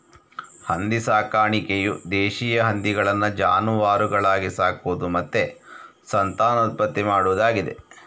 ಹಂದಿ ಸಾಕಾಣಿಕೆಯು ದೇಶೀಯ ಹಂದಿಗಳನ್ನ ಜಾನುವಾರುಗಳಾಗಿ ಸಾಕುದು ಮತ್ತೆ ಸಂತಾನೋತ್ಪತ್ತಿ ಮಾಡುದಾಗಿದೆ